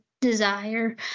desire